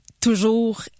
toujours